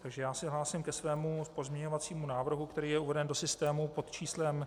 Takže se hlásím ke svému pozměňovacímu návrhu, který je uveden do systému pod číslem 3596.